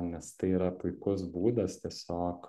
nes tai yra puikus būdas tiesiog